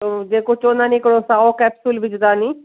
हू जेको चवंदा आहिनि हिकिड़ो साओ कैप्सूल विझंदा आहियूं